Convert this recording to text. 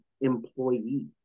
employee